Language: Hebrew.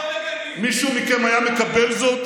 מישהו מכם היה מקבל זאת